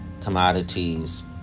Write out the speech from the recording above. commodities